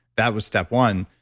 that was step one,